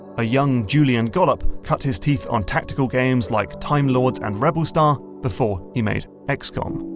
a young julian gollop cut his teeth on tactical games like time lords and rebelstar before he made x-com.